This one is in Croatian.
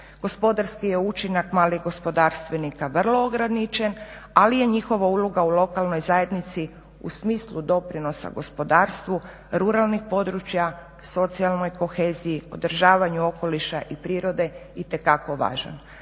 Gospodarski je učinak malih gospodarstvenika vrlo ograničen ali je njihova uloga u lokalnoj zajednici u smislu doprinosa gospodarstvu ruralnih područja, socijalnoj koheziji, održavanju okoliša i prirode itekako važan,